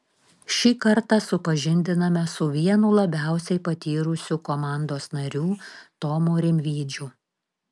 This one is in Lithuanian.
šį kartą supažindiname su vienu labiausiai patyrusių komandos narių tomu rimydžiu